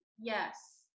Yes